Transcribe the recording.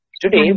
Today